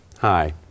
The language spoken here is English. Hi